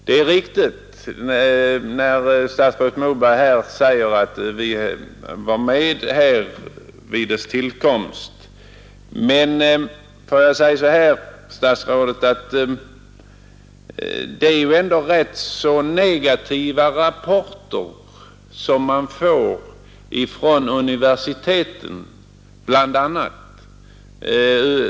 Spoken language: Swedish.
Det är riktigt, som statsrådet Moberg säger, att vårt parti var med om tillkomsten av PUKAS. Men det kommer ändå, herr statsråd, ganska negativa rapporter bl.a. från universiteten.